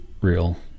real